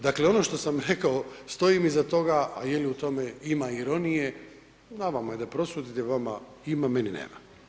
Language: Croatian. Dakle ono što sam rekao, stojim iza toga a je li u tome ima ironije, na vama je da prosudite, vama ima, meni nema.